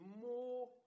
More